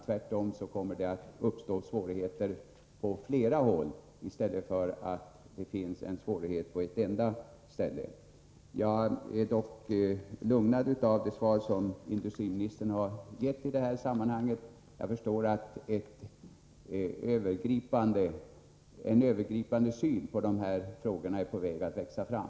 Tvärtom kommer det att uppstå svårigheter på flera håll i stället för att det finns en svårighet på ett enda ställe. Jag är dock lugnad av det svar som industriministern har gett i detta sammanhang. Jag förstår att en övergripande syn på dessa frågor är på väg att växa fram.